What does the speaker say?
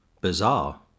bizarre